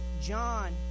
John